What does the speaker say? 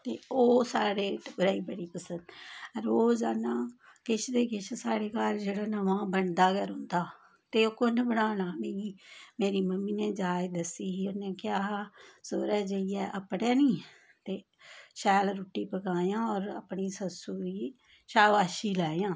ते ओह् सारे टब्बरा गी बड़ी पसंद रोज दा ना केश ते केश स्हाढ़े घर जेह्ड़ा नमां बनदा गै रौहंदा ते ओह् कोन्न बनाना मीं मेरी मम्मी ने जाच दस्सी ही उन्ने आखेआ हा सौह्रे जाइये अपने नी ते शैल रूट्टी पकायां और अपनी सस्सू गी शैल शाबाशी लैयां